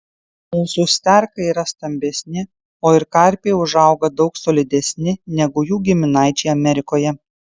mūsų sterkai yra stambesni o ir karpiai užauga daug solidesni negu jų giminaičiai amerikoje